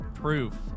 proof